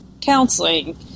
counseling